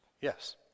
Yes